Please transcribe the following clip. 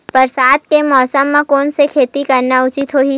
बरसात के मौसम म कोन से खेती करना उचित होही?